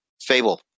Fable